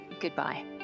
goodbye